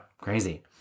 crazy